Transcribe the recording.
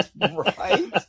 right